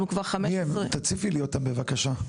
תציפי לי אותם, בבקשה.